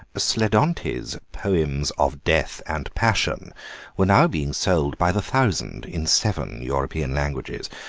sledonti's poems of death and passion were now being sold by the thousand in seven european languages,